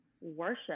worship